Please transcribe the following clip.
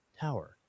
tower